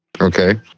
Okay